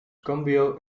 cambio